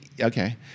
Okay